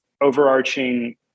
overarching